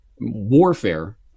warfare